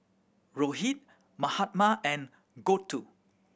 Rohit Mahatma and Gouthu